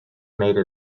made